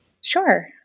Sure